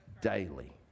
daily